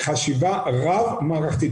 לעשות חשיבה רב מערכתית,